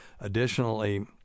Additionally